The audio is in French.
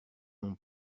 non